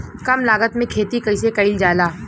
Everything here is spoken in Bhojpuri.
कम लागत में खेती कइसे कइल जाला?